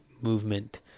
movement